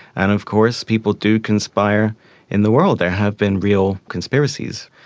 and of course people do conspire in the world. there have been real conspiracies.